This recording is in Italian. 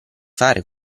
fare